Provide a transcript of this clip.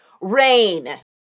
Rain